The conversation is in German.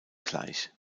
gleich